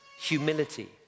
humility